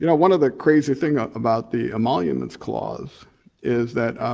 you know one of the crazy thing about the emoluments clause is that.